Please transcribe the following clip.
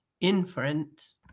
inference